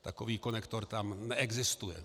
Takový konektor tam neexistuje!